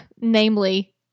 namely